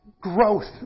Growth